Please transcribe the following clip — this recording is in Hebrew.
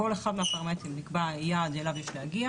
בכל אחד מהפרמטרים נקבע היעד אליו יש להגיע